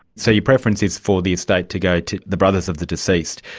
so your preference is for the estate to go to the brothers of the deceased.